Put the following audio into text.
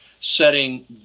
setting